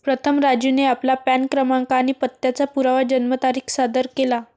प्रथम राजूने आपला पॅन क्रमांक आणि पत्त्याचा पुरावा जन्मतारीख सादर केला